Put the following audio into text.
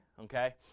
Okay